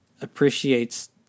appreciates